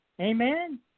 Amen